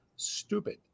stupid